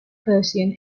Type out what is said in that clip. persian